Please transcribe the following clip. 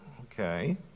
Okay